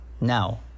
Now